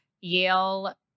Yale